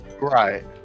right